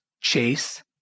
Chase